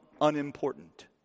unimportant